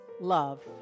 Love